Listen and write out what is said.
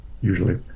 usually